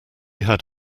had